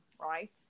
right